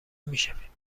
میشویم